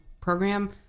program